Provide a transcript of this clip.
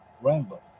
rainbow